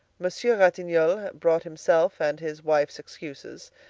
monsieur ratignolle brought himself and his wife's excuses.